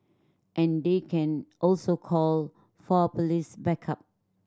and they can also call for police backup